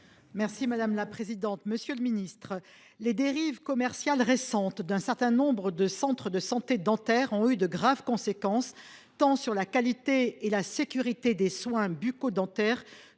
et de la prévention. Monsieur le ministre, les dérives commerciales récentes d’un certain nombre de centres de santé dentaires ont eu de graves conséquences, tant sur la qualité et la sécurité des soins bucco dentaires